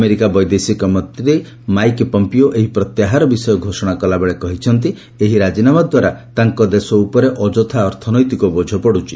America ବୈଦେଶିକ ମନ୍ତ୍ରୀ Mike Pompeo ଏହି ପ୍ରତ୍ୟାହାର ବିଷୟ ଘୋଷଣା କଲାବେଳେ କହିଛନ୍ତି ଏହି ରାଜିନାମା ଦ୍ୱାରା ତାଙ୍କ ଦେଶ ଉପରେ ଅଯଥା ଅର୍ଥନୈତିକ ବୋଝ ପଡ଼ୁଛି